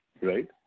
Right